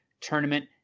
Tournament